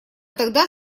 тогда